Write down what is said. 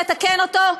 לתקן אותו,